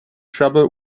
trouble